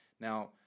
now